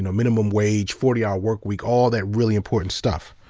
and minimum wage, forty-hour work week, all that really important stuff.